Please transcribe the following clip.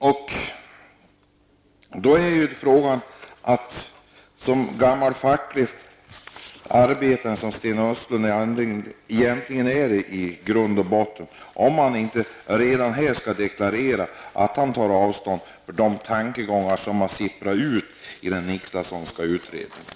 Fråga är om inte Sten Östlund, som den gamla fackliga arbetare han i grund och botten är, skall deklarera att han tar avstånd från de tankegångar som har sipprat ut från den Nicklassonska utredningen.